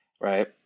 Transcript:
right